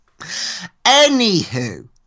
Anywho